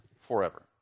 forever